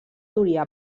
duria